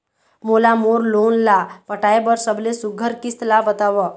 मोला मोर लोन ला पटाए बर सबले सुघ्घर किस्त ला बताव?